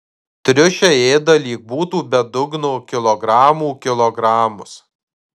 triušiai ėda lyg būtų be dugno kilogramų kilogramus